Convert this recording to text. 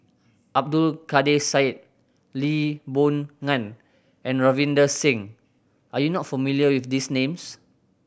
Abdul Kadir Syed Lee Boon Ngan and Ravinder Singh are you not familiar with these names